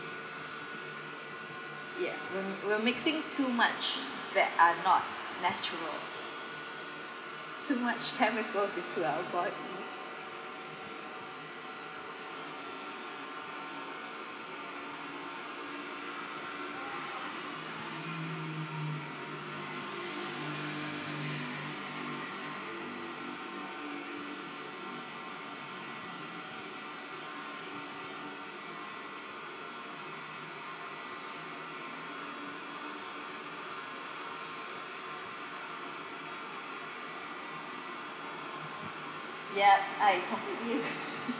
ya we're we're mixing too much that are not natural too much chemical into our body ya I completely agree